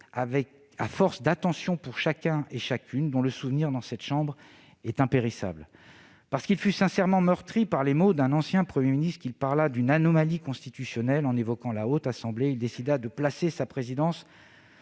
à force d'attentions pour chacune et chacun, dont le souvenir dans cette chambre est impérissable. Parce qu'il fut sincèrement meurtri par les mots d'un ancien Premier ministre, qui parla d'une « anomalie constitutionnelle » en évoquant la Haute Assemblée, il décida de placer sa présidence